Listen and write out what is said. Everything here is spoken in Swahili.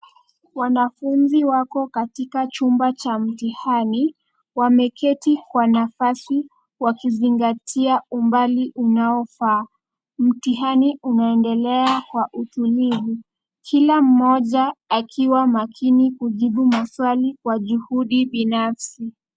Wanafuzi wako katika chumba cha mtihani, wameketi kwa nafasi wakizingatia umbali unaofaa. Mtihani unaendelea kwa utulivu, kila mmoja akiwa makini kujibu maswali kwa juhudi binafsi.